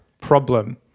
problem